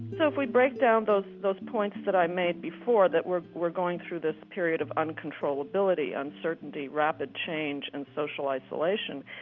so if we break down those those points that i made before, that we're we're going through this period of uncontrollability, uncertainty, rapid change and social isolation,